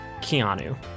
Keanu